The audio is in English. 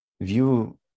view